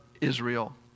Israel